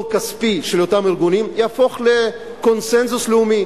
הכספי של אותם ארגונים יהפוך לקונסנזוס לאומי,